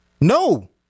No